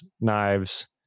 knives